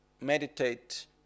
meditate